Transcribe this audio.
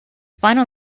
final